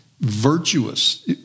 virtuous